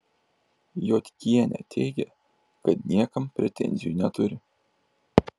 jodkienė teigė kad niekam pretenzijų neturi